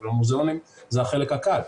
אבל המוזיאונים זה החלק הקל.